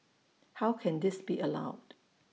how can this be allowed